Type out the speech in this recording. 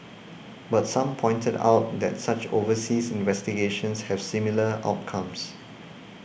but some pointed out that such overseas investigations have similar outcomes